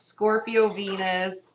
Scorpio-Venus